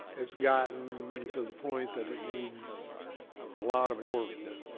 it's gotten to the point that it needs a lot of work done.